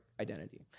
identity